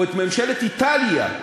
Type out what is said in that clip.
או את ממשלת איטליה,